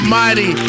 mighty